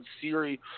Siri